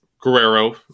Guerrero